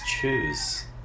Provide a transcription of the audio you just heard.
choose